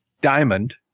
Diamond